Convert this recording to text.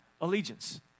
allegiance